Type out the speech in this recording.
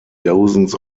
dozens